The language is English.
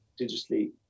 digitally